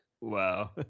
Wow